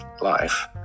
life